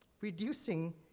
reducing